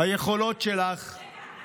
היכולות שלך רגע,